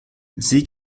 sie